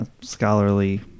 scholarly